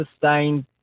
sustained